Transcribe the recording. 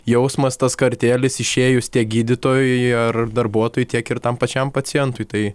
jausmas tas kartėlis išėjus tiek gydytojui ar darbuotojui tiek ir tam pačiam pacientui tai